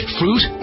fruit